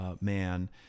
man